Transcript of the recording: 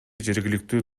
жергиликтүү